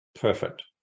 Perfect